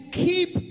keep